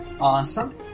Awesome